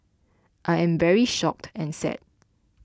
I am very shocked and sad